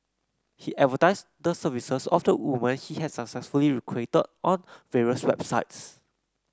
he advertised the services of the women he had successfully recruited on various websites